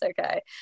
okay